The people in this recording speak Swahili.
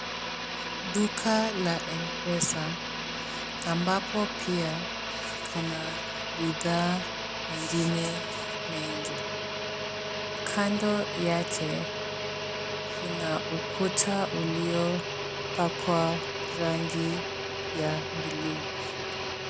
Duka la Mpesa ambapo pia kuna bidhaa mengine mengi. Kando yake kuna ukuta uliopakwa rangi ya buluu.